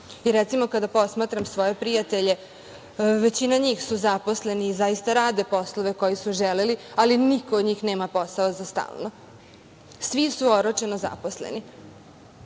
kada posmatram svoje prijatelje, većina njih su zaposleni i zaista rade poslove koje su želeli, ali niko od njih nema posao za stalno. Svi su oročeno zaposleni.